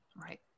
Right